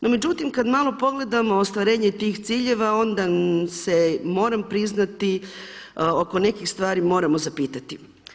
No međutim, kad malo pogledamo ostvarenje tih ciljeva onda se moram priznati oko nekih stvari moramo zapitati.